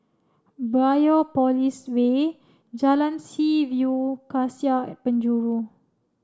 Biopolis Way Jalan Seaview Cassia at Penjuru